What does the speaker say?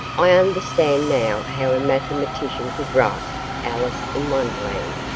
i understand now how a mathematician could write alice in wonderland,